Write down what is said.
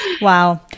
Wow